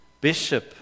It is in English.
bishop